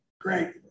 Great